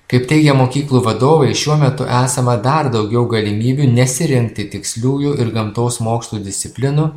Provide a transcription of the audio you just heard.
kaip teigia mokyklų vadovai šiuo metu esama dar daugiau galimybių nesirinkti tiksliųjų ir gamtos mokslų disciplinų